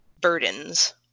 burdens